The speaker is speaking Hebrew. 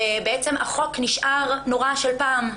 ובעצם החוק נשאר נורא של פעם.